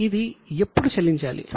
ఇది ఎప్పుడు చెల్లించాలి